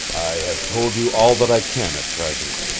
i have told you all that i can at present.